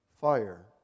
fire